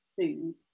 food